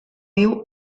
viu